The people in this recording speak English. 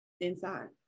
inside